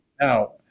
now